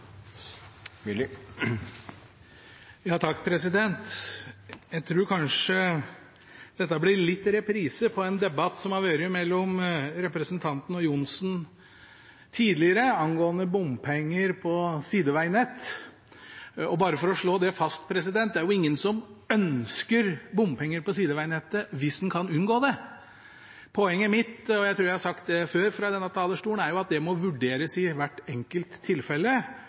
Bare for å slå det fast: Det er ingen som ønsker bompenger på sidevegnettet hvis en kan unngå det. Poenget mitt – og jeg tror jeg har sagt det før fra denne talerstolen – er at det må vurderes i hvert enkelt tilfelle,